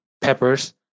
peppers